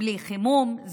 בלי חימום,